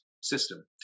system